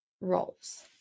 roles